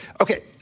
Okay